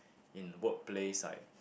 in workplace like